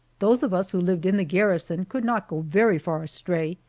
those of us who lived in the garrison could not go very far astray,